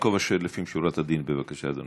יעקב אשר, לפנים משורת הדין, בבקשה, אדוני.